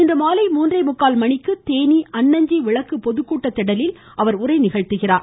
இன்றுமாலை மூன்றேமுக்கால் மணிக்கு தேனி அன்னஞ்சி விளக்கு பொதுக்கூட்ட திடலில் உரையாற்றுகிறார்